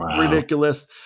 ridiculous